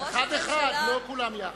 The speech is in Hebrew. ראש הממשלה, אחד-אחד, לא כולם יחד.